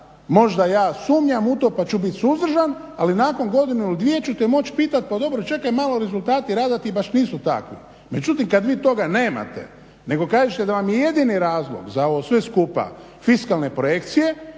možda ja sumnjam u to, pa ću biti suzdržan ali nakon godinu il dvije ću te moć pitat, pa dobro čekaj malo, rezultati rada ti baš nisu takvi. Međutim kad vi toga nemate, nego kažete da vam je jedini razlog za ovo sve skupa fiskalne projekcije